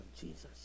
Jesus